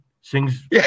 sings